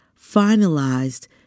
finalized